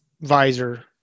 visor